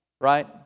Right